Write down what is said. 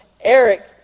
Eric